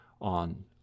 on